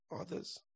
others